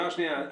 נועה, שנייה.